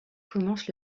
commence